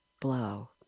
blow